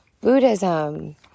Buddhism